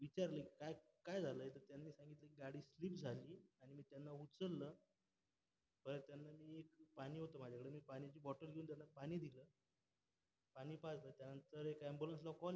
विचारले की काय काय झालं आहे त्यांनी सांगितलं की गाडी स्लिप झाली आणि मी त्यांना उचललं बरं त्यांना मी पाणी होतं माझ्याकडे मी पाण्याची बॉटल घेऊन त्यांना पाणी दिलं पाणी पाजलं त्यानंतर एक ॲम्ब्युलंसला कॉल केला